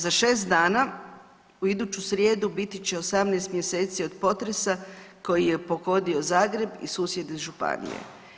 Za 6 dana, u iduću srijedu biti će 18 mjeseci od potresa koji je pogodio Zagreb i susjedne županije.